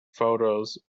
photos